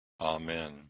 Amen